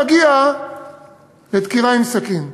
להגיע לדקירה בסכין.